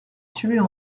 tuer